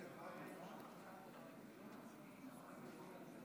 להלן התוצאות: 66 חברי כנסת